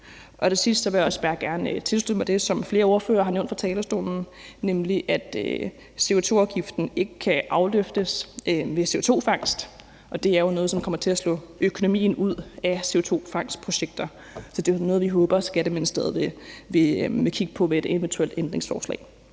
Til sidst vil jeg også bare gerne tilslutte mig det, som flere ordførere har nævnt fra talerstolen, nemlig at CO2-afgiften ikke kan afløftes ved CO2-fangst, og det er jo noget, som kommer til at slå økonomien ud af CO2-fangstprojekter, så det er noget, vi håber at Skatteministeriet vil kigge på med et eventuelt ændringsforslag.